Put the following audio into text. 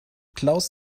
klaus